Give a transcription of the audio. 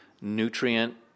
nutrient